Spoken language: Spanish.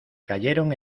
cayeron